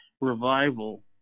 revival